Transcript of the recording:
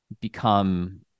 become